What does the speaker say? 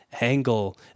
angle